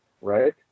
right